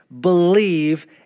believe